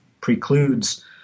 precludes